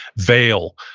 vale,